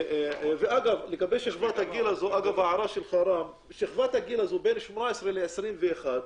שכבת הגיל הזו בין 18 ל-21,